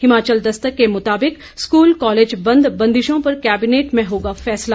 हिमाचल दस्तक के मुताबिक school college बंद बंदिशों पर कैबिनेट में होगा फैसला